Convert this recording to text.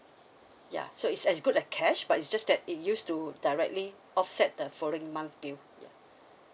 ya so it's as good as cash but it's just that it used to directly offset the following month with ya